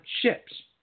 ships